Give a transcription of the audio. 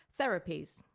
therapies